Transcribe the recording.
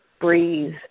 breathe